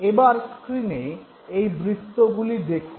এবার স্ক্রীনে এই বৃত্তগুলি দেখুন